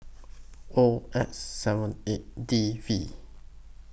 O X seven eight D V